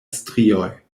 strioj